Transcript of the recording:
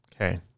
Okay